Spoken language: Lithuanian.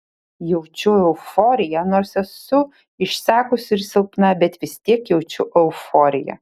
jaučiu euforiją nors esu išsekusi ir silpna bet vis tiek jaučiu euforiją